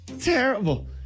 Terrible